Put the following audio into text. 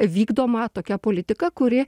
vykdoma tokia politika kuri